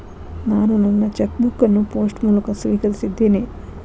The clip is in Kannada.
ನಾನು ನನ್ನ ಚೆಕ್ ಬುಕ್ ಅನ್ನು ಪೋಸ್ಟ್ ಮೂಲಕ ಸ್ವೀಕರಿಸಿದ್ದೇನೆ